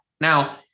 Now